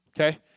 okay